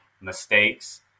mistakes